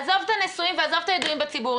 עזוב את הנשואים ועזוב את הידועים בציבור,